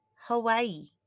Hawaii